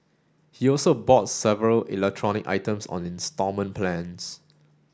he also bought several electronic items on instalment plans